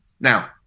Now